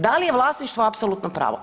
Da li je vlasništvo apsolutno pravo?